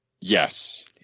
Yes